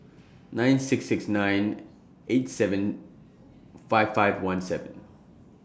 nine six six nine eight seven five five one seven